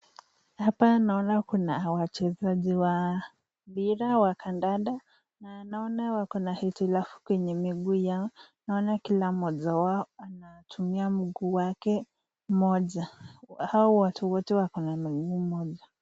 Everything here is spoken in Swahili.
Hapa naona kuna wachezaji wa mpira wa kandanda na naona wako na itilafu kwenye miguu yao naona kila moja wao anatumia mguu wake mmoja, hawa watu wote wako na mini moja.